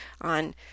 on